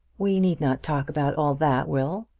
we need not talk about all that, will.